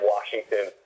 Washington